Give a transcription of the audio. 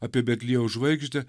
apie betliejaus žvaigždę